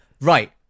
Right